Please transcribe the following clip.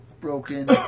broken